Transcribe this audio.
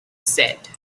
said